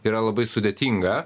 yra labai sudėtinga